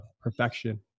perfection